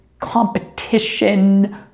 competition